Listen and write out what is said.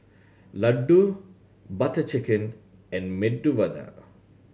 Ladoo Butter Chicken and Medu Vada